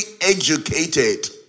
educated